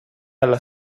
alla